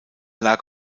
lag